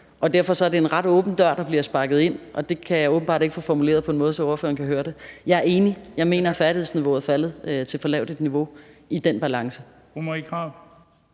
Derfor er det en ret åben dør, der bliver sparket ind, og det kan jeg åbenbart ikke få formuleret på en måde, så ordføreren kan høre det. Jeg er enig. Jeg mener, at færdighedsniveauet er faldet til et for lavt niveau i den balance.